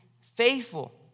faithful